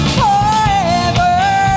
forever